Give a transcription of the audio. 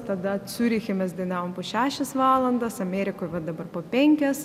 tada ciuriche mes dainavom po šešias valandas amerikoj dabar po penkias